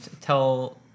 tell